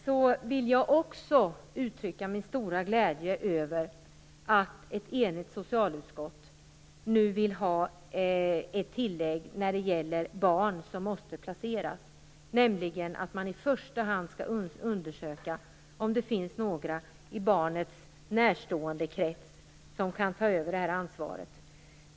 Jag vill också uttrycka min stora glädje över att ett enigt socialutskott nu vill ha ett tillägg när det gäller barn som måste placeras, nämligen att man i första hand skall undersöka om det finns några i barnets närståendekrets som kan ta över ansvaret.